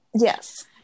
Yes